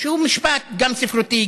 שהוא משפט גם ספרותי,